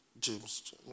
James